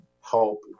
help